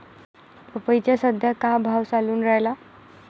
पपईचा सद्या का भाव चालून रायला?